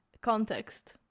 context